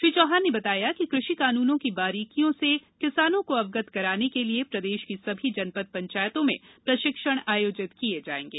श्री चौहान ने बताया कि कृषि कानूनों की बारीकियों से किसानों को अवगत कराने के लिए प्रदेश की सभी जनपद पंचायतों में प्रशिक्षण आयोजित किये जायेंगे